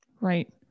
Right